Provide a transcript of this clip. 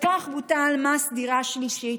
וכך בוטל מס דירה שלישית.